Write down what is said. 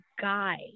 guide